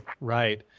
right